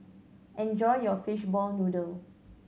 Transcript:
enjoy your fishball noodle